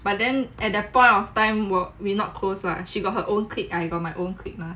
but then at that point of time we not close lah she got her own clique I got my own clique lah